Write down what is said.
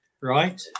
Right